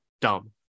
dumb